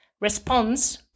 response